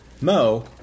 Mo